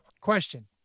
question